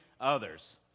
others